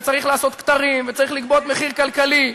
וצריך לעשות כתרים וצריך לגבות מחיר כלכלי,